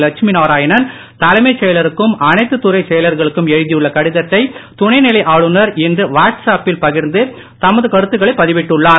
லட்சுமிநாராயணன் தலைமைச் செயலருக்கும் அனைத்துத் துறைச் செயலர்களுக்கும் எழுதியுள்ள கடிதத்தை துணைநிலை ஆளுனர் இன்று வாட்ஸ்அப் பில் பகிர்ந்து தமது கருத்துக்களைப் பதிவிட்டுள்ளார்